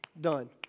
done